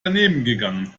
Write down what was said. danebengegangen